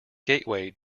gateway